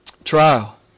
Trial